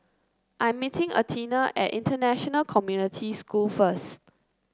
I'm meeting Athena at International Community School first